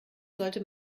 sollte